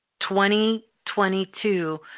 2022